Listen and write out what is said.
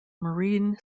marine